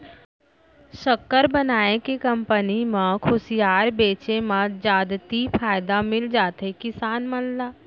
सक्कर बनाए के कंपनी म खुसियार बेचे म जादति फायदा मिल जाथे किसान मन ल